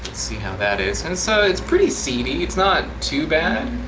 see how that is and so it's pretty seedy. it's not too bad.